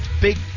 big